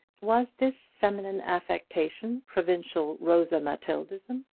was this feminine affectation, provincial rosa-matilda-ism?